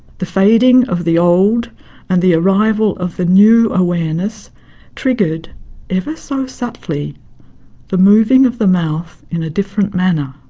the fading of the old and the arrival of the new awareness triggered ever so subtly the moving of the mouth in a different manner.